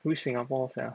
which singapore sia